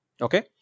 Okay